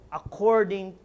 according